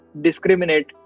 discriminate